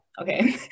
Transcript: okay